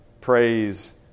praise